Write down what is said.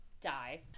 die